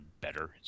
better